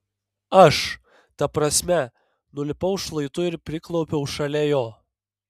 aš ta prasme nulipau šlaitu ir priklaupiau šalia jo